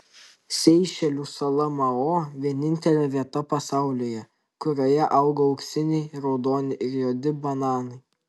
seišelių sala mao vienintelė vieta pasaulyje kurioje auga auksiniai raudoni ir juodi bananai